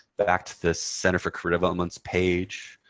back to the center for career development's page.